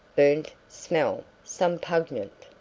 burnt smell, some pungent,